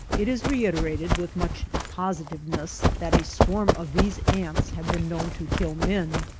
it is reiterated with much positiveness that a swarm of these ants have been known to kill men.